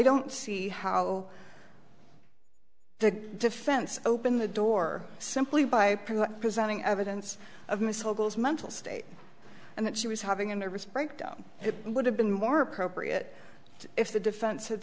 don't see how the defense opened the door simply by presenting evidence of missiles mental state and that she was having a nervous breakdown it would have been more appropriate if the defense